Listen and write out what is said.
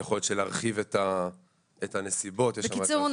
יכול להיות שלהרחיב את הנסיבות --- בקיצור,